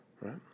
Right